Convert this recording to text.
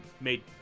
made